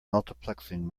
multiplexing